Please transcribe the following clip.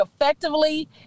effectively